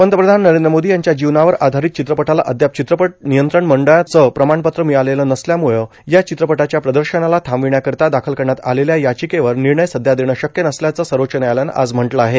पंतप्रधान नरेंद्र मोदी यांच्या जीवनावर आधारित चित्रपटाला अद्याप चित्रपट नियंत्रण मंडळाचं प्रमाणपत्र मिळालेलं नसल्यामुळं या चित्रपटाच्या प्रदर्शनाला थांबविण्याकरिता दाखल करण्यात आलेल्या याचिकेवर निर्णय सध्या देणं शक्य नसल्याचं सर्वोच्च न्यायालयानं आज म्हटलं आहे